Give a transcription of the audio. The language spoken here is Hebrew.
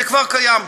זה כבר קיים.